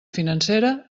financera